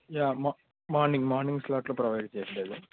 yeah మా morning morning స్లాట్లో provide చేయండి